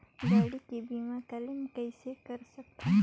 गाड़ी के बीमा क्लेम कइसे कर सकथव?